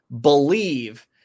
believe